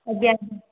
ଆଜ୍ଞା